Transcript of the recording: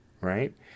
Right